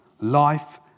life